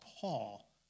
Paul